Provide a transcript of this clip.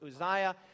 Uzziah